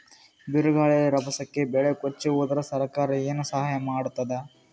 ಬಿರುಗಾಳಿ ರಭಸಕ್ಕೆ ಬೆಳೆ ಕೊಚ್ಚಿಹೋದರ ಸರಕಾರ ಏನು ಸಹಾಯ ಮಾಡತ್ತದ?